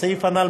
הסעיף הנ"ל,